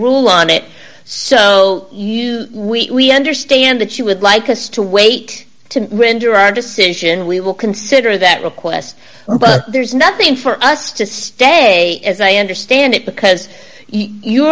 rule on it so you we understand that she would like us to wait to render our decision we will consider that request but there's nothing for us to stay as i understand it because you